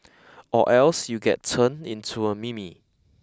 or else you get turned into a meme